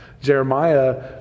Jeremiah